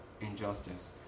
injustice